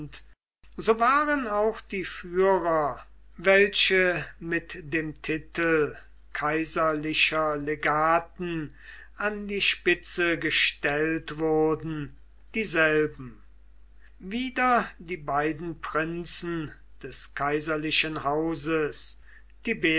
so waren auch die führer welche mit dem titel kaiserlicher legaten an die spitze gestellt wurden dieselben wieder die beiden prinzen des kaiserlichen hauses